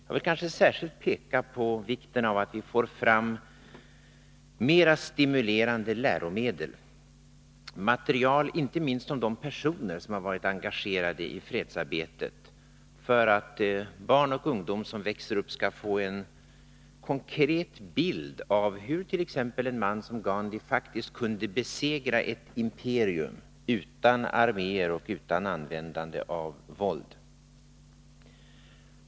Jag vill särskilt peka på vikten av att vi får fram mera stimulerande läromedel och material, inte minst om de personer som varit engagerade i fredsarbetet, för att barn och ungdom som växer upp skall få en konkret bild av hur t.ex. en man som Gandhi faktiskt kunde besegra ett imperium utan arméer och utan användande av våld.